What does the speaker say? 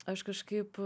aš kažkaip